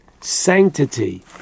sanctity